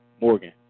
Morgan